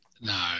No